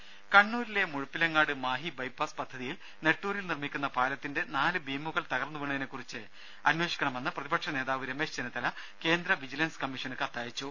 രുമ കണ്ണൂരിലെ മുഴപ്പിലങ്ങാട് മാഹി ബൈപ്പാസ് പദ്ധതിയിൽ നെട്ടൂരിൽ നിർമ്മിക്കുന്ന പാലത്തിന്റെ നാല് ബീമുകൾ തകർന്നു വീണതിനെക്കുറിച്ച് അന്വേഷിക്കണമെന്ന് പ്രതിപക്ഷ നേതാവ് രമേശ് ചെന്നിത്തല കേന്ദ്ര വിജിലൻസ് കമ്മീഷന് കത്തയച്ചു